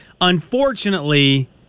Unfortunately